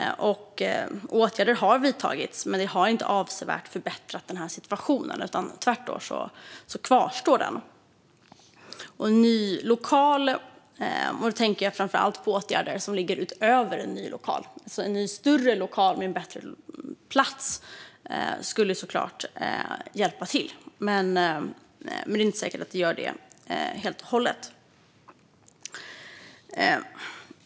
Åtgärder har vidtagits, men det har inte avsevärt förbättrat situationen. Tvärtom kvarstår den. Jag tänker framför allt på åtgärder utöver en ny lokal. En ny, större lokal med bättre plats skulle såklart hjälpa till, men det är inte säkert att det hjälper helt och hållet.